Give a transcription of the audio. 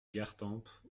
gartempe